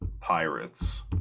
Pirates